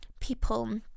people